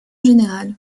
général